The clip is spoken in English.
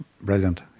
brilliant